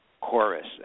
Chorus